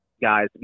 guys